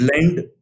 blend